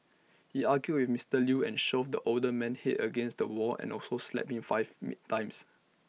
he argued with Mister Lew and shoved the older man's Head against A wall and also slapped him five times